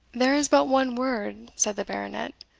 there is but one word, said the baronet,